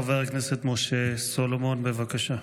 חבר הכנסת משה סולומון, בבקשה.